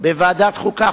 בוועדת החוקה,